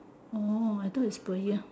orh I thought is per year